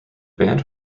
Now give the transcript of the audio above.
band